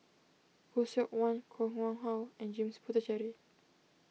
Khoo Seok Wan Koh Nguang How and James Puthucheary